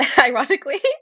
ironically